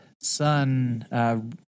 son